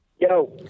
Yo